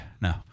no